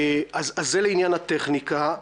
זה לעניין הטכניקה.